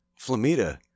Flamita